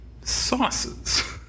sauces